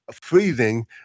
freezing